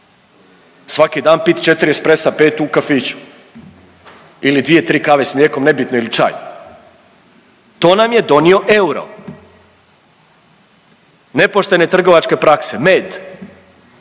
svaki dan pit 4 espressa 5 u kafiću ili 2-3 kave s mlijekom, nebitno ili čaj. To nam je donio euro, nepoštene trgovačke prakse. Med,